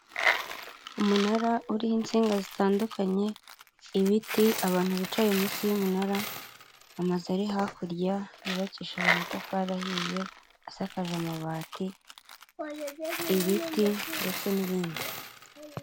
Umunara uriho insinga zitandukanye, ibiti, abantu bicaye munsi y'umunara, amazu ari hakurya yubakishije amatafari ahiye asakaje amabati, ibiti ndetse n'ibindi.